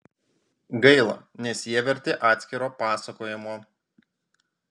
gaila nes jie verti atskiro pasakojimo